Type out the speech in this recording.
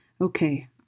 okay